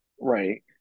Right